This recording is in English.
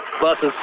buses